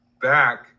back